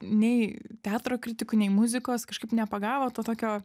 nei teatro kritikų nei muzikos kažkaip nepagavo to tokio